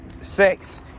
sex